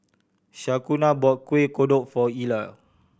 Shaquana bought Kuih Kodok for Ila